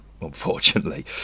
unfortunately